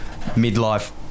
midlife